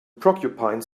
porcupine